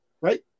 right